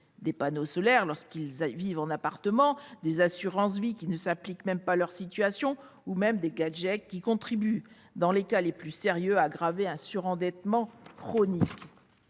des panneaux solaires, alors qu'ils vivent en appartement, des assurances qui ne s'appliquent pas à leur situation, ou même des gadgets qui contribuent, dans les cas les plus sérieux, à aggraver un surendettement chronique.